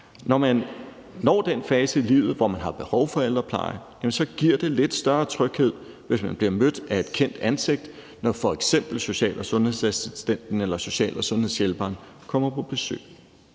Når man når den fase af livet, hvor man har behov for ældrepleje, så giver det lidt større tryghed, hvis man bliver mødt af et kendt ansigt, når f.eks. social- og sundhedsassistenten eller social- og sundhedshjælperen kommer på besøg.